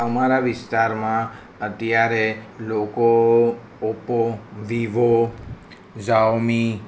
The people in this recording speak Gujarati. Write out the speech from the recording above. અમારા વિસ્તારમાં અત્યારે લોકો ઓપ્પો વિવો ઝાઓમી